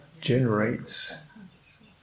generates